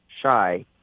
shy